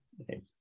Okay